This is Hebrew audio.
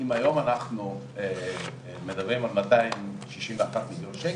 אם היום אנחנו מדברים על מאתיים שישים ואחד מיליון שקל,